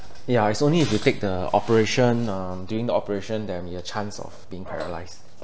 yeah it's only if you take the operation um during the operation then your chance of being paralysed